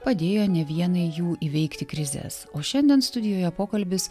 padėjo ne vienai jų įveikti krizes o šiandien studijoje pokalbis